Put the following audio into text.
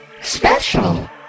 special